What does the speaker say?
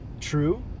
true